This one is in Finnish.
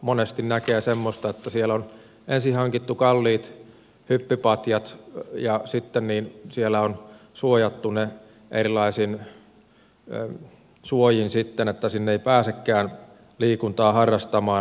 monesti näkee semmoista että siellä on ensin hankittu kalliit hyppypatjat ja sitten siellä on suojattu ne erilaisin suojin että sinne ei pääsekään liikuntaa harrastamaan